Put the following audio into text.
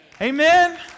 Amen